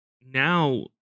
Now